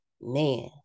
man